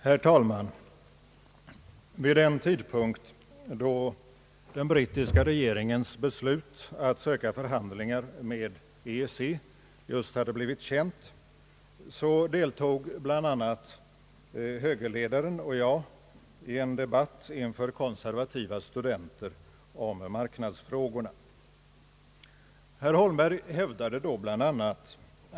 Herr talman! Vid den tidpunkt då brittiska regeringens beslut att söka förhandlingar med EEC just hade blivit känt deltog bl.a. högerledaren och jag i en debatt inför konservativa studenter om marknadsfrågorna. Herr Holmberg hävdade då b.la.